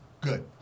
Good